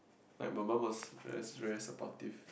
like my mum was very very supportive